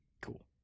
Cool